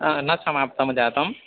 न समाप्तं जातं